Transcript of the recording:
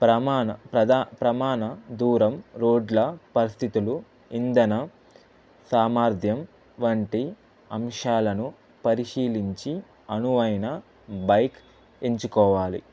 ప్రమాణ ప్రదా ప్రమాణ దూరం రోడ్ల పరిస్థితులు ఇంధన సామర్థ్యం వంటి అంశాలను పరిశీలించి అనువైన బైక్ ఎంచుకోవాలి